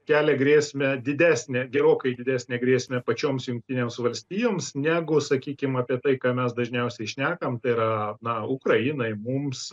kelia grėsmę didesnę gerokai didesnę grėsmę pačioms jungtinėms valstijoms negu sakykim apie tai ką mes dažniausiai šnekam tai yra na ukrainai mums